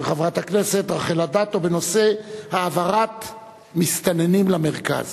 חברת הכנסת רחל אדטו בנושא: העברת מסתננים למרכז.